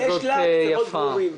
רגע, יש לה קצוות ברורים.